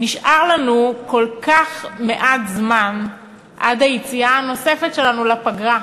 נשאר לנו כל כך מעט זמן עד היציאה הנוספת שלנו לפגרה,